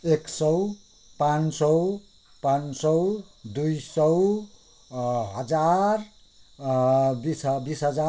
एक सौ पाँच सौ पाँच सौ दुई सौ हजार बिस ह बिस हजार